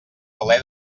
alé